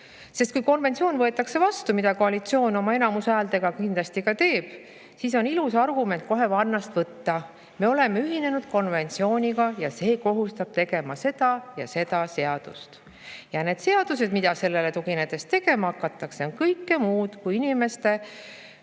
sest kui konventsioon võetakse vastu – mida koalitsioon oma enamushäältega kindlasti ka teeb –, siis on ilus argument kohe varnast võtta: me oleme ühinenud konventsiooniga ja see kohustab tegema seda ja seda seadust. Ja need seadused, mida sellele tuginedes tegema hakatakse, on kõike muud kui inimeste